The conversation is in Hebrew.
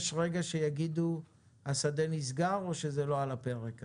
יש רגע שיגידו שהשדה נסגר או שזה לא על הפרק כרגע?